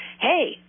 hey